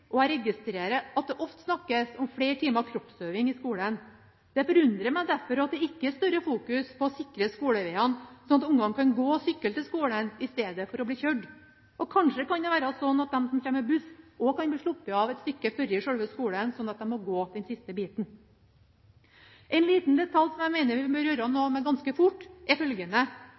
Jeg registrerer at det ofte snakkes om flere timer kroppsøving i skolen. Det forundrer meg derfor at det ikke er større fokus på å sikre skolevegene, slik at ungene kan gå og sykle til skolen i stedet for å bli kjørt. Kanskje kan det være slik at de som kommer med buss, også kan bli sluppet av et stykke fra skolen, slik at de må gå den siste biten. En liten detalj jeg mener vi bør gjøre noe med ganske fort, er følgende: